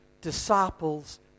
Disciples